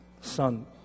son